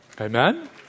Amen